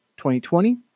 2020